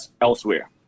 elsewhere